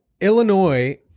Illinois